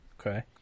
Okay